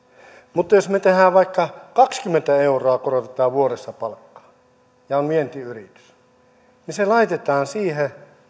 mutta jos me me vaikka kaksikymmentä euroa korotamme vuodessa palkkaa ja on vientiyritys niin se laitetaan siihen